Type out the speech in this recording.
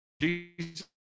Jesus